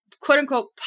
quote-unquote